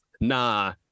nah